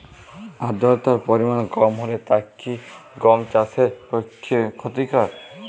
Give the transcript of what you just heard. আর্দতার পরিমাণ কম হলে তা কি গম চাষের পক্ষে ক্ষতিকর?